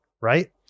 Right